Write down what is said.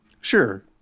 Sure